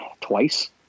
twice